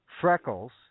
Freckles